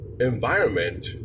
environment